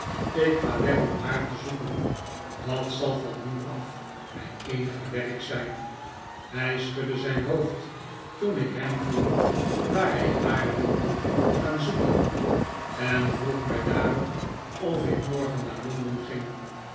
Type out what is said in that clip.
ik ga weg om haar te zoeken dat zal van nu af mijn eenige werk zijn hij schudde zijn hoofd toen ik hem vroeg waar hij haar wilde gaan zoeken en vroeg mij daarop of ik morgen naar londen ging